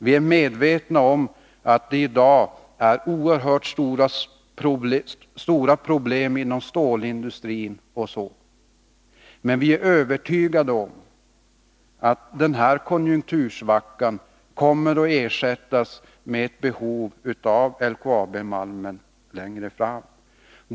Vi är medvetna om att man i dag har oerhört stora problem inom stålindustrin, men vi är övertygade om att denna konjunktursvacka kommer att ersättas med ett behov av LKAB-malmen längre fram.